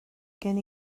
gen